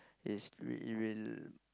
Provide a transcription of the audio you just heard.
is it will